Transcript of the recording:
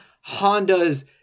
Honda's